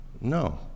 No